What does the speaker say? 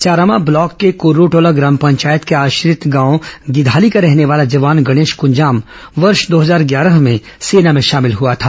Charama block के कुर्रटोला ग्राम पंचायत के आश्रित गांव गिधाली का रहने वाला जवान गणेश कूंजाम वर्ष दो हजार ग्यारह में सेना में शामिल हुआ था